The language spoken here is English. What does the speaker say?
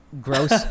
gross